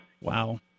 Wow